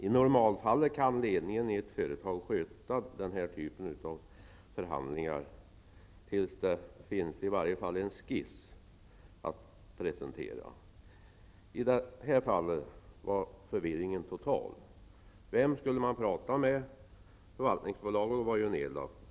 I normalfallet kan ledningen för ett företag sköta denna typ av förhandlingar tills det finns i varje fall en skiss att presentera. I detta fall var förvirringen total. Vem skulle man prata med? Förvaltningsbolaget var ju nedlagt.